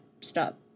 stop